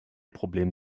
problem